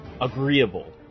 agreeable